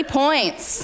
points